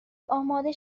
اماده